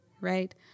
right